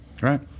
Right